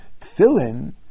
Tefillin